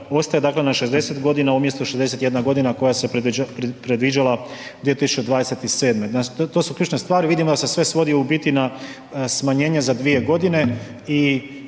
ostaje dakle na 60 godina umjesto 61 godina koja se predviđala 2027. To su ključne stvari, vidimo da se sve svodi u biti na smanjenje za 2 godine.